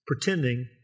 Pretending